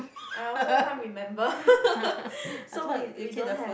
I also can't remember so we we don't have